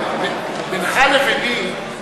בינך לביני,